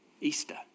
easter